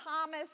Thomas